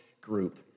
group